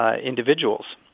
individuals